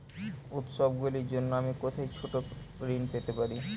উত্সবগুলির জন্য আমি কোথায় ছোট ঋণ পেতে পারি?